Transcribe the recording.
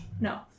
No